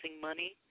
money